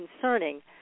concerning